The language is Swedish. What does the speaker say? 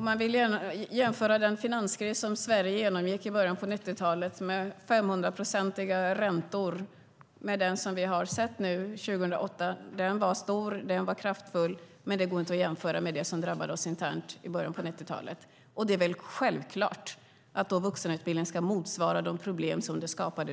Man kan jämföra den finanskris som Sverige genomgick i början av 90-talet, med 500-procentiga räntor, med den som vi sett 2008. Den var stor, den var kraftfull, men den går inte att jämföra med den som drabbade oss internt i början av 90-talet. Det är väl självklart att vuxenutbildningen skulle motsvara de problem som då skapades.